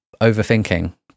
overthinking